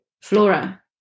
Flora